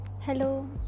Hello